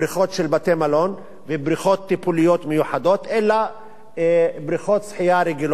בריכות של בתי-מלון ובריכות טיפוליות מיוחדות אלא בריכות שחייה רגילות.